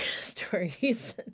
stories